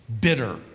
bitter